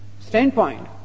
standpoint